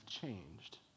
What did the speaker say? changed